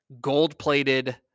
gold-plated –